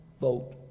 vote